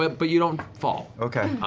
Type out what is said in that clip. ah but you don't fall.